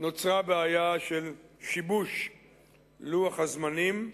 נוצרה בעיה של שיבוש לוח הזמנים,